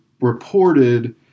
reported